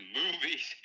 movies